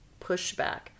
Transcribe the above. pushback